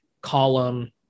column